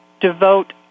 devote